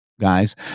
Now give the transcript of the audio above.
guys